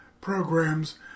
programs